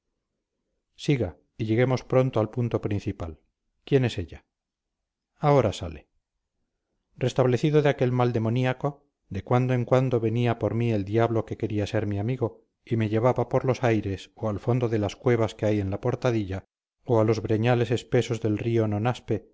siga y lleguemos pronto al punto principal quién es ella ahora sale restablecido de aquel mal demoníaco de cuando en cuando venía por mí el diablo que quería ser mi amigo y me llevaba por los aires o al fondo de las cuevas que hay en la portadilla o a los breñales espesos del río